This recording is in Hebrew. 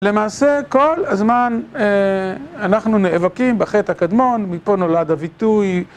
למעשה, כל הזמן אנחנו נאבקים בחטא הקדמון, מפה נולד הביטוי.